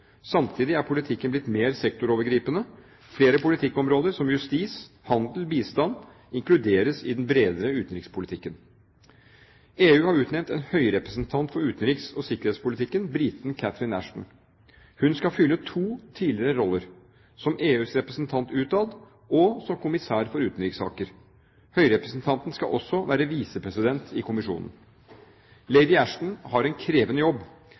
Samtidig er politikken blitt mer sektorovergripende. Flere politikkområder, som justis, handel og bistand, inkluderes i den bredere utenrikspolitikken. EU har utnevnt en høyrepresentant for utenriks- og sikkerhetspolitikken, briten Catherine Ashton. Hun skal fylle to tidligere roller, som EUs representant utad og som kommissær for utenrikssaker. Høyrepresentanten skal også være visepresident i kommisjonen. Lady Ashton har en krevende jobb,